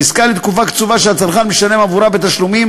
בעסקה לתקופה קצובה שהצרכן משלם עבורה בתשלומים,